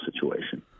situation